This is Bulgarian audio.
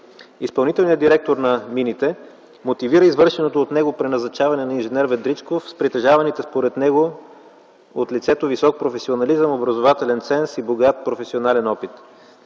Изпълнителният директор на мините мотивира извършеното от него преназначаване на инженер Ведричков с притежаваните според него от лицето висок професионализъм, образователен ценз и богат професионален опит.